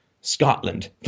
Scotland